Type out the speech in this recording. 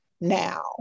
now